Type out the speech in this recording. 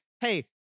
Hey